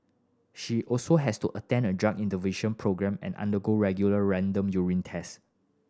she also has to attend a drug intervention programme and undergo regular random urine test